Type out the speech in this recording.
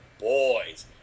boys